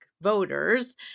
voters